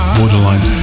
Borderline